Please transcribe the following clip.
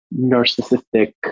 narcissistic